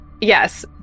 Yes